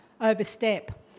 overstep